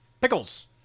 pickles